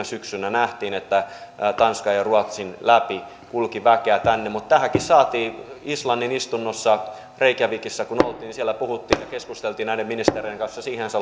syksynä nähtiin kun tanskan ja ruotsin läpi kulki väkeä tänne mutta tästäkin siellä islannin istunnossa reykjavikissa kun oltiin puhuttiin ja keskusteltiin näiden ministereiden kanssa ja siihen se